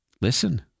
listen